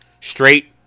straight